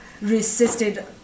resisted